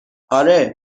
آره